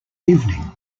evening